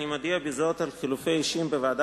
אני מודיע בזה על חילופי אישים בוועדה